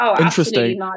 interesting